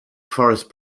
forest